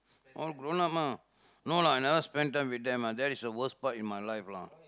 all grown up lah no lah I never spend time with them lah that is the worst part in my life lah